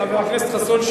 חבר הכנסת חסון,